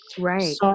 Right